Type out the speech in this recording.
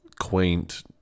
quaint